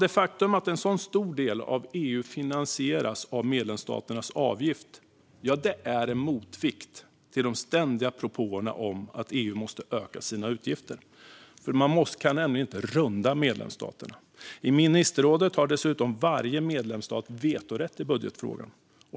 Det faktum att en så stor del av EU finansieras av medlemsstaternas avgift är en motvikt till de ständiga propåerna om att EU måste öka sina utgifter. Man kan nämligen inte runda medlemsstaterna. I ministerrådet har dessutom varje medlemsstat vetorätt i budgetfrågan.